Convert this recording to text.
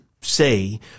say